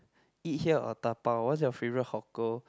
eat here or dabao what's your favorite hawker